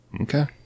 Okay